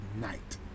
night